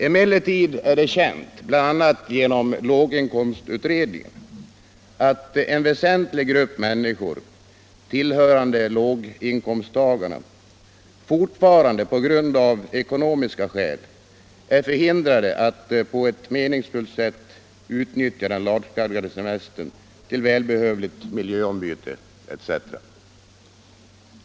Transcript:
Emellertid är det känt, bl.a. genom låginkomstutredningen, att en väsentlig grupp människor tillhörande låginkomsttagarna fortfarande av ekonomiska skäl är förhindrade att på ett meningsfullt sätt utnyttja den lagstadgade semestern till välbehövligt miljöombyte etc.